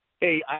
Hey